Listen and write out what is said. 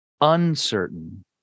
uncertain